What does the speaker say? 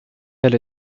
elle